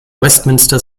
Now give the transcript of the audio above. westminster